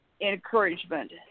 encouragement